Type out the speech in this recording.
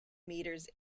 metres